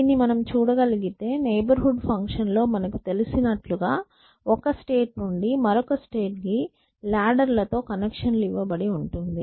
దీన్ని మనం చూడగలిగితే నైబర్ హుడ్ ఫంక్షన్ లో మనకు తెలిసినట్లుగా ఒక స్టేట్ నుండి మరొక స్టేట్ కి లాడెర్ లతో కనెక్షన్ ఇవ్వబడి ఉంటుంది